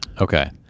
Okay